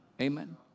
Amen